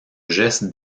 geste